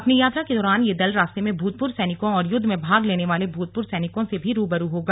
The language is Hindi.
अपनी यात्रा के दौरान यह दल रास्ते में भूतपूर्व सैनिकों और युद्ध में भाग लेनेवाले भूतपूर्व सैनिकों से भी रूबरू होगा